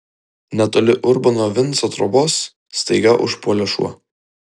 netoli urbono vinco trobos staiga užpuolė šuo